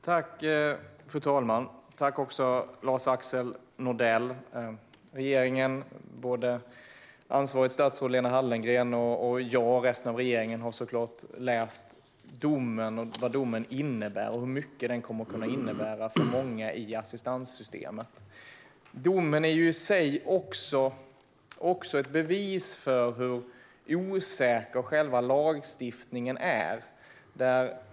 Fru talman! Jag tackar Lars-Axel Nordell för frågan. Regeringen - ansvarigt statsråd Lena Hallengren, jag och resten av regeringen - har såklart läst domen, vad domen innebär och hur mycket den kommer att kunna innebära för många i assistanssystemet. Domen är i sig ett bevis för hur osäker själva lagstiftningen är.